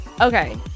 Okay